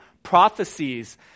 prophecies